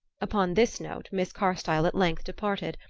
upon this note miss carstyle at length departed,